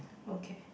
okay